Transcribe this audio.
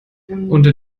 unter